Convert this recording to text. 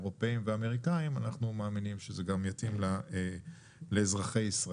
עוד ארבעה דוברים אחרונים בזום ואחרי זה התייחסות אנשי המקצוע.